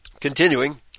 Continuing